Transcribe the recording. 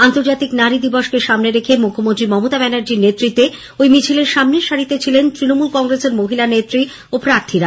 আন্তর্জাতিক নারী দিবস কে সামনে রেখে মুখ্যমন্ত্রী মমতা ব্যানার্জির নেতৃত্বে ওই মিছিলের সামনের সারিতে ছিলেন তৃণমূল কংগ্রেসের মহিলা নেত্রী ও প্রার্থীরা